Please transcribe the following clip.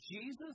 Jesus